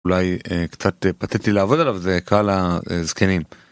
אולי קצת פתטי לעבוד עליו זה קהל הזקנים.